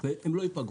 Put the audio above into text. והם לא ייפגעו.